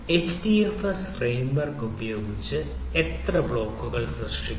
HDFS framework ഉപയോഗിച്ച് എത്ര ബ്ലോക്കുകൾ സൃഷ്ടിക്കാം